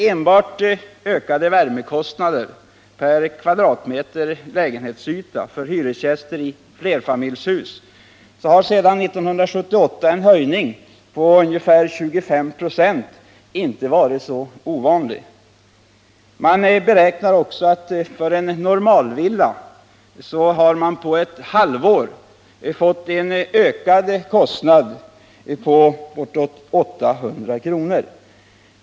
Enbart de ökade värmekostnaderna per kvadratmeter lägenhetsyta har medfört att höjningar med 25 96 inte varit så ovanliga i flerfamiljshus. Det beräknas att man för en normalvilla på ett halvår har fått en kostnadsökning på bortåt 800 kr.